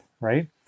right